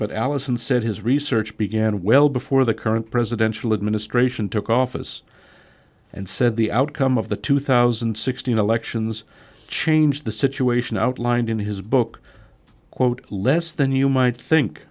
but allison said his research began well before the current presidential administration took office and said the outcome of the two thousand and sixteen elections change the situation outlined in his book quote less than you might think